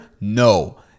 No